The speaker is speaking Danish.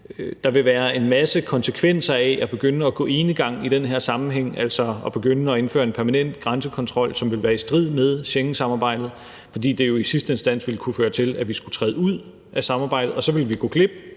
Der vil være en masse konsekvenser af at begynde at gå enegang i den her sammenhæng, altså at begynde at indføre en permanent grænsekontrol, som vil være i strid med Schengensamarbejdet, fordi det jo i sidste instans ville kunne føre til, at vi skulle træde ud af samarbejdet, og så ville vi gå glip